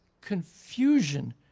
confusion